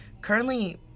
currently